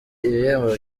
ibihembo